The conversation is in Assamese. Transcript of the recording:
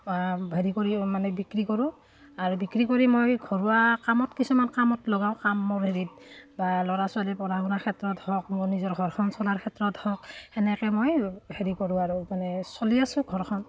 হেৰি কৰি মানে বিক্ৰী কৰোঁ আৰু বিক্ৰী কৰি মই ঘৰুৱা কামত কিছুমান কামত লগাওঁ কাম মোৰ হেৰিত বা ল'ৰা ছোৱালীৰ পঢ়া শুনাৰ ক্ষেত্ৰত হওক মোৰ নিজৰ ঘৰখন চলাৰ ক্ষেত্ৰত হওক সেনেকৈ মই হেৰি কৰোঁ আৰু মানে চলি আছো ঘৰখন